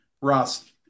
Ross